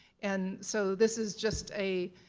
and so this is just a